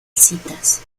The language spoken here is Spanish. citas